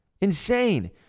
Insane